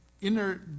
inner